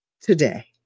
today